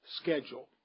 schedule